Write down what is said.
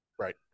Right